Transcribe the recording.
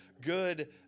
good